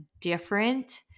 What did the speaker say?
different